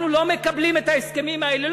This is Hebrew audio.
אנחנו לא מקבלים את ההסכמים האלה.